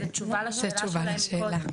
זו תשובה לשאלה מקודם.